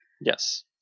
yes